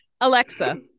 Alexa